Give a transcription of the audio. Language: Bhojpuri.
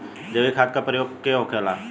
जैविक खाद का प्रकार के होखे ला?